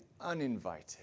uninvited